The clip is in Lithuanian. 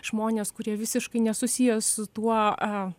žmonės kurie visiškai nesusiję su tuo